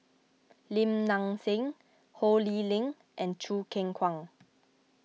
Lim Nang Seng Ho Lee Ling and Choo Keng Kwang